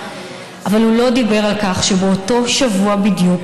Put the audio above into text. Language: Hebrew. אבל הוא לא דיבר על כך שבאותו שבוע בדיוק